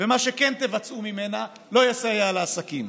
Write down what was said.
ומה שכן תבצעו ממנה לא יסייע לעסקים.